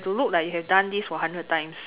to look like you have done this for hundred times